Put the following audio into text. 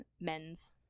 men's